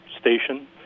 station